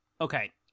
Okay